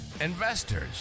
investors